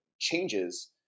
changes